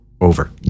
over